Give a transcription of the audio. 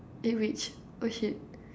eggwich oh shit